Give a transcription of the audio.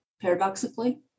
paradoxically